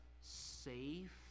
safe